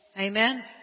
Amen